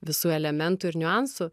visų elementų ir niuansų